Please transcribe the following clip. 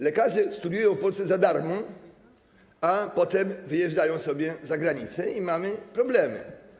Lekarze studiują w Polsce za darmo, a potem wyjeżdżają sobie za granicę i mamy problemy.